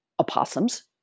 opossums